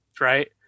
right